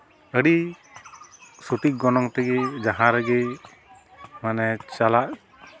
ᱟᱹᱰᱤ ᱥᱚᱴᱷᱤᱠ ᱜᱚᱱᱚᱝ ᱛᱮᱜᱮ ᱡᱟᱦᱟᱸ ᱨᱮᱜᱮ ᱢᱟᱱᱮ ᱪᱟᱞᱟᱜ